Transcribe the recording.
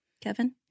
Kevin